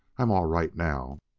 i am all right now.